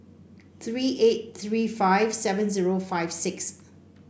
three eight three five seven zero five six